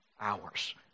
Hours